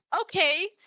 Okay